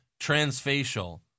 Transfacial